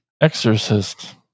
Exorcist